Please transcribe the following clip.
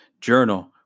Journal